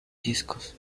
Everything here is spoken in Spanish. discos